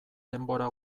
denbora